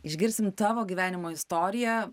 išgirsim tavo gyvenimo istoriją